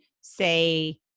say